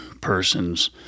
person's